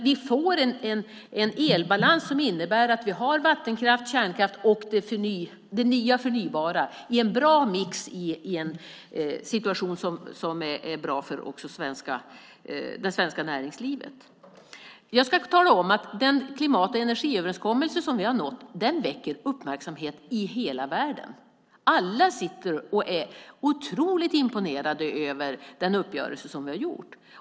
Vi får en elbalans som innebär att vi har vattenkraft, kärnkraft och det nya förnybara i en bra mix i en situation som är bra för det svenska näringslivet. Den klimat och energiöverenskommelse som vi har nått väcker uppmärksamhet i hela världen. Alla är otroligt imponerade över den uppgörelse vi har nått.